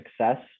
success